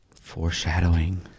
Foreshadowing